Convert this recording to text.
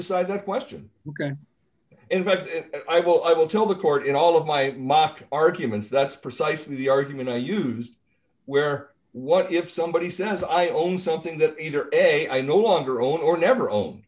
decides a question in fact i will i will tell the court in all of my mock arguments that's precisely the argument i used where what if somebody says i own something that either a i no longer or never own